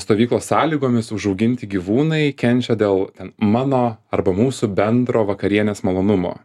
stovyklos sąlygomis užauginti gyvūnai kenčia dėl ten mano arba mūsų bendro vakarienės malonumo